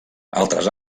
altres